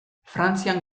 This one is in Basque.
frantzian